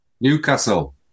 Newcastle